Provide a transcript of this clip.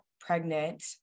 pregnant